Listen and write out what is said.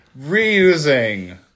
reusing